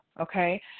okay